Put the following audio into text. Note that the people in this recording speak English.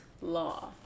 law